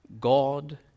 God